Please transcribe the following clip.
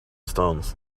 stones